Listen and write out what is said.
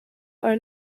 are